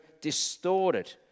distorted